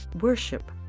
Worship